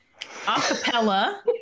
acapella